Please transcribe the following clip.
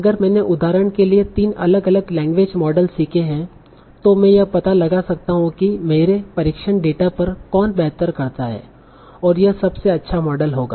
अगर मैंने उदाहरण के लिए तीन अलग अलग लैंग्वेज मॉडल सीखे हैं तो मैं यह पता लगा सकता हूं कि मेरे परीक्षण डेटा पर कौन बेहतर करता है और यह सबसे अच्छा मॉडल होगा